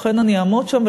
לכן אני אעמוד שם,